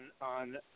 on